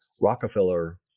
Rockefeller